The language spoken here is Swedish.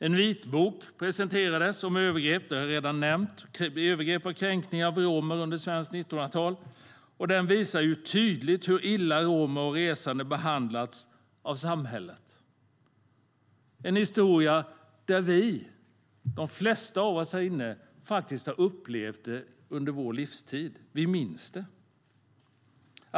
En vitbok presenterades, som jag redan har nämnt, om övergrepp och kränkningar av romer under svenskt 1900-tal. Den visar tydligt hur illa romer och resande behandlats av samhället. Det är en historia som de flesta av oss här inne har upplevt under vår livstid. Vi minns det.